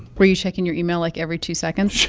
were you checking your email, like, every two seconds?